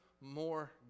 more